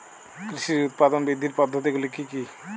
কৃষির উৎপাদন বৃদ্ধির পদ্ধতিগুলি কী কী?